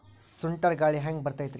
ಸುಂಟರ್ ಗಾಳಿ ಹ್ಯಾಂಗ್ ಬರ್ತೈತ್ರಿ?